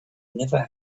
never